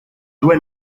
due